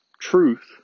truth